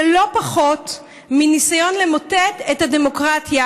זה לא פחות מניסיון למוטט את הדמוקרטיה